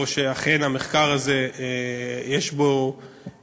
או שאכן המחקר הזה יש בו,